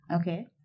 Okay